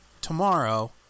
tomorrow